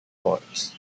ports